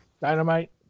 Dynamite